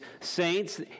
saints